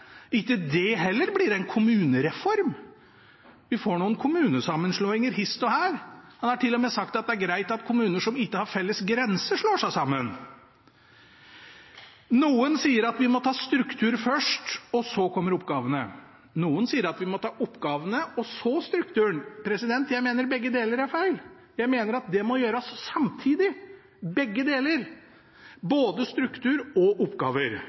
Ikke det heller blir en kommunereform. Vi får noen kommunesammenslåinger hist og her. Han har til og med sagt at det er greit at kommuner som ikke har felles grense, slår seg sammen. Noen sier at vi må ta struktur først, og så kommer oppgavene. Noen sier at vi må ta oppgavene, og så strukturen. Jeg mener begge deler er feil. Jeg mener at det må gjøres samtidig – begge deler, både struktur og oppgaver.